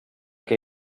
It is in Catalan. que